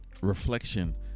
reflection